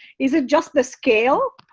is it just the scale?